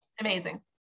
amazing